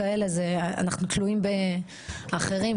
אנחנו תלויים באחרים.